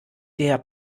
der